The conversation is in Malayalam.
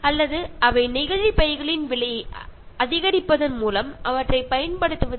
അവർ പ്ലാസ്റ്റിക് ബാഗുകളുടെ വില വളരെ കൂട്ടി കൊണ്ട് അതിന്റെ ഉപയോഗം കുറച്ചു കൊണ്ടിരിക്കുകയാണ്